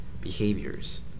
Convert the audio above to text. Behaviors